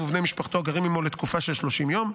ובני משפחתו הגרים עימו לתקופה של 30 יום,